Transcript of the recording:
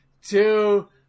two